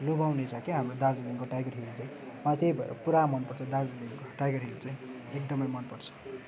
लोभ्याउने छ क्या हाम्रो दार्जिलिङको टाइगर हिल चाहिँ अँ त्यही भएर पुरा मनपर्छ दार्जिलिङको टाइगर हिल चाहिँ एकदमै मनपर्छ